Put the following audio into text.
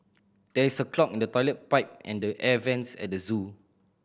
there is a clog in the toilet pipe and the air vents at the zoo